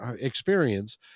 experience